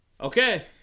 okay